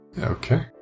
Okay